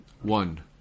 one